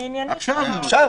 אני רוצה